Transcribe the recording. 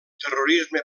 terrorisme